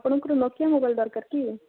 ଆପଣଙ୍କର Nokia mobile ଦରକାର କି